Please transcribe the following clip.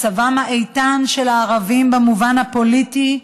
מצבם האיתן של הערבים במובן הפוליטי,